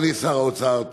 אדוני שר האוצר,